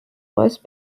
west